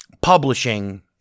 publishing